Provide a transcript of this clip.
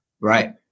right